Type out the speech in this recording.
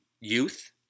youth